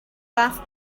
fath